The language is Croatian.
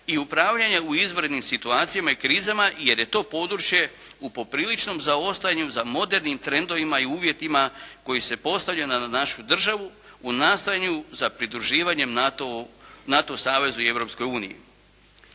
i upravljanje u izvanrednim situacijama i krizama jer je to područje u popriličnom zaostajanju za modernim trendovima i u uvjetima koji se postavljaju na našu državu u nastojanju za pridruživanje NATO savezu i